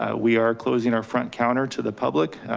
ah we are closing our front counter to the public.